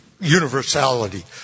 universality